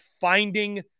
finding